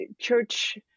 church